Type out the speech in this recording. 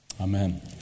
amen